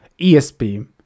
ESP